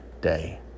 day